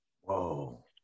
Whoa